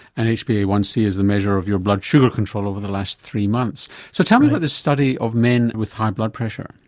and h b a one c is the measure of your blood sugar control over the last three months. so tell me about this study of men with high blood pressure.